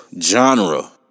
genre